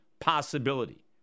possibility